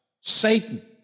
Satan